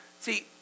See